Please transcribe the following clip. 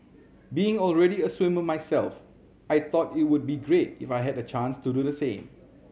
being already a swimmer myself I thought it would be great if I had the chance to do the same